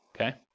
okay